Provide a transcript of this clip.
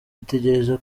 bitegereza